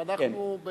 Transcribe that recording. אנחנו,